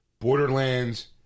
Borderlands